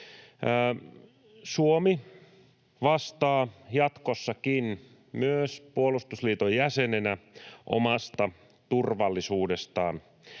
Suomi vastaa jatkossakin, myös puolustusliiton jäsenenä omasta turvallisuudestaan.